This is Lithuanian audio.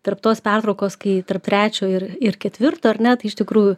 tarp tos pertraukos kai tarp trečio ir ir ketvirto ar ne tai iš tikrųjų